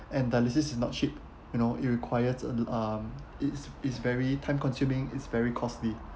and dialysis is not cheap you know it requires um it's it's very time consuming it's very costly